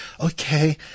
okay